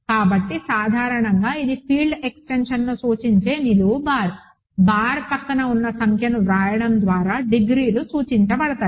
కాబట్టి సాధారణంగా ఇది ఫీల్డ్ ఎక్స్టెన్షన్ను సూచించే నిలువు బార్ బార్ పక్కన ఉన్న సంఖ్యను వ్రాయడం ద్వారా డిగ్రీలు సూచించబడతాయి